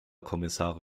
kommissare